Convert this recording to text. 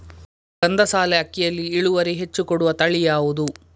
ಗಂಧಸಾಲೆ ಅಕ್ಕಿಯಲ್ಲಿ ಇಳುವರಿ ಹೆಚ್ಚು ಕೊಡುವ ತಳಿ ಯಾವುದು?